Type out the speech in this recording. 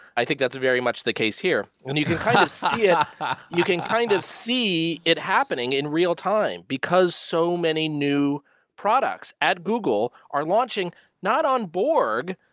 i think very much the case here. and you can yeah you can kind of see it happening in real time because so many new products at google are launching not on borg,